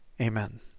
amen